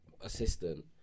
assistant